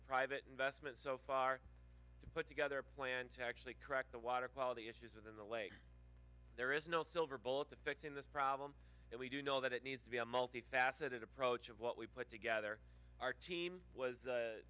private investment so far to put together a plan to actually crack the water quality issues within the way there is no silver bullet to fixing this problem and we do know that it needs to be a multifaceted approach of what we put together our team was